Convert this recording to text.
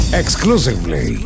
exclusively